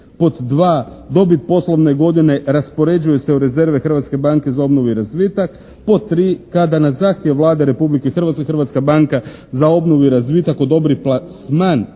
2. «Dobit poslovne godine raspoređuje se u rezerve Hrvatske banke za obnovu i razvitak.» Pod 3. Kada na zahtjev Vlade Republike Hrvatske Hrvatska banka za obnovu i razvitak odobri plasman